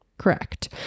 Correct